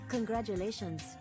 Congratulations